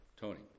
Tony